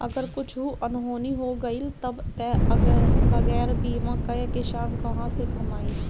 अगर कुछु अनहोनी हो गइल तब तअ बगैर बीमा कअ किसान कहां से कमाई